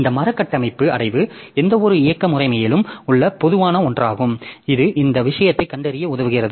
இந்த மரக் கட்டமைப்பு அடைவு எந்தவொரு இயக்க முறைமையிலும் உள்ள பொதுவான ஒன்றாகும் இது இந்த விஷயத்தைக் கண்டறிய உதவுகிறது